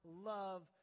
love